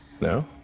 No